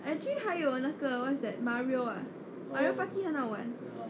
I actually 还有那个 what's that mario ah mario party 很好玩